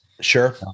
Sure